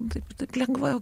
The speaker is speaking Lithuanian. taip lengva